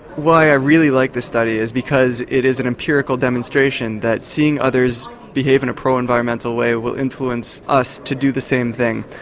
why i really like this study is because it is an empirical demonstration that seeing others behave in a pro-environmental way will influence us to do the same thing.